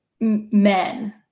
men